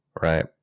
right